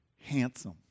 Handsome